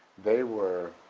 they were,